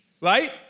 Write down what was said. right